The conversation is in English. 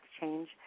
change